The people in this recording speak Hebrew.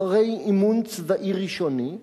אחרי אימון צבאי ראשוני"